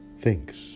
thinks